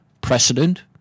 precedent